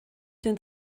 den